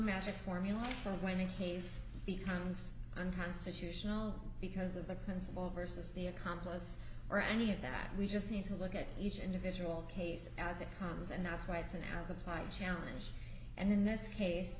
magic formula for winning hayes becomes unconstitutional because of the principle versus the accomplice or any of that we just need to look at each individual case as it comes and that's why it's an as applied challenge and in this case